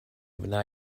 wna